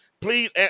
Please